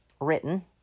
written